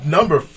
Number